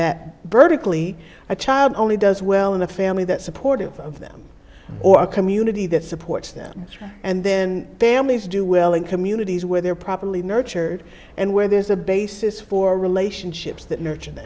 that berkeley a child only does well in a family that supportive of them or a community that supports them and then families do well in communities where they're properly nurtured and where there's a basis for relationships that n